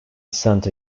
sent